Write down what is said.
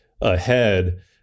ahead